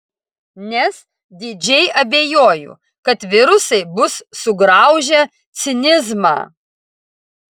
nes didžiai abejoju kad virusai bus sugraužę cinizmą